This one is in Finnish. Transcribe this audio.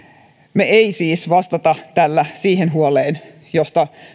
me emme siis vastaa tällä siihen huoleen kun